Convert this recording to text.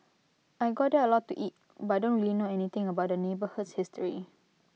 I go there A lot to eat but I don't really know anything about the neighbourhood's history